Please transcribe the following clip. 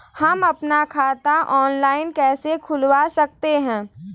हम अपना खाता ऑनलाइन कैसे खुलवा सकते हैं?